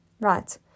right